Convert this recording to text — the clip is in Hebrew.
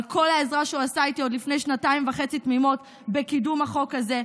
כל העזרה שהוא נתן לי עוד לפני שנתיים וחצי תמימות בקידום החוק הזה.